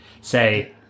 say